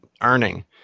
earning